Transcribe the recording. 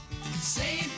save